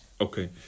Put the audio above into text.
Okay